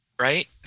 right